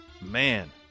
Man